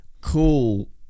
cool